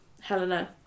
Helena